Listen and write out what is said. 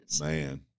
man